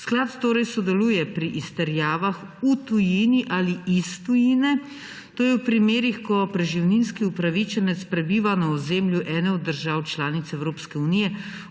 Sklad torej sodeluje pri izterjavah v tujini ali iz tujine, to je v primerih, ko preživninski upravičenec prebiva na ozemlju ene od držav članic Evropske unije